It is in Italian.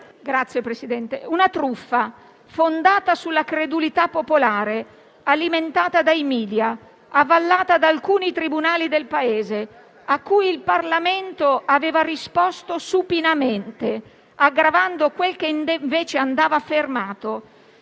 una truffa fondata sulla credulità popolare, alimentata dai *media*, avallata da alcuni tribunali del Paese, a cui il Parlamento aveva risposto supinamente, aggravando quel che invece andava fermato.